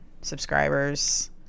subscribers